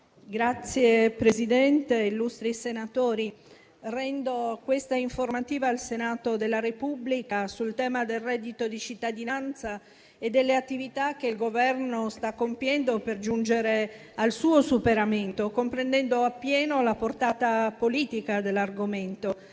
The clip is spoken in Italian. Signor Presidente, illustri senatori, rendo questa informativa al Senato della Repubblica sul tema del reddito di cittadinanza e delle attività che il Governo sta compiendo per giungere al suo superamento, comprendendo appieno la portata politica dell'argomento.